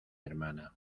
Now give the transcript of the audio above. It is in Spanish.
hermana